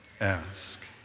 Ask